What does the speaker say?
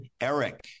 ERIC